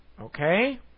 Okay